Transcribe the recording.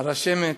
הרשמת,